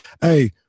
Hey